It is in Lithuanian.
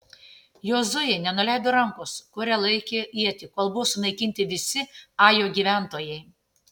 jozuė nenuleido rankos kuria laikė ietį kol buvo sunaikinti visi ajo gyventojai